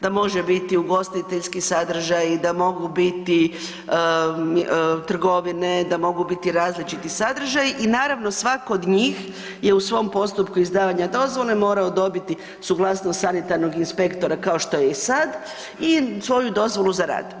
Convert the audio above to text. Da može biti ugostiteljski sadržaj, da mogu biti trgovine, da mogu biti različiti sadržaji i naravno, svatko o njih je u svom postupku izdavanja dozvole morao dobiti suglasnost sanitarnog inspektora kao što je i sad i svoju dozvolu za rad.